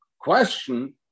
Question